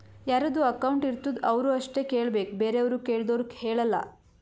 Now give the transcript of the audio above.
ಯಾರದು ಅಕೌಂಟ್ ಇರ್ತುದ್ ಅವ್ರು ಅಷ್ಟೇ ಕೇಳ್ಬೇಕ್ ಬೇರೆವ್ರು ಕೇಳ್ದೂರ್ ಹೇಳಲ್ಲ